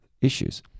issues